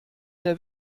der